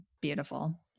Beautiful